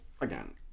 again